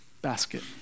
basket